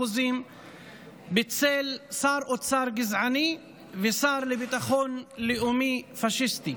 בצל שר אוצר גזעני ושר לביטחון לאומי פשיסטי.